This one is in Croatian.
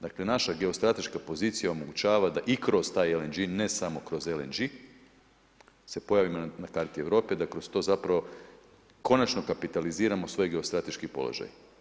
Dakle, naša geostrateška pozicija omogućava da i kroz taj LNG, ne samo kroz LNG, se pojavimo na karti Europe, da kroz to zapravo konačno kapitaliziramo svoj geostrateški položaj.